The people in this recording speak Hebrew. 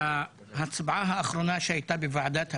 בהצבעה האחרונה שהייתה בוועדת הפנים,